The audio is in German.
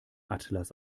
atlas